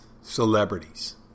celebrities